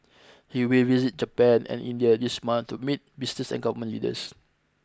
he will visit Japan and India this month to meet business and government leaders